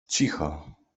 cicho